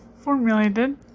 formulated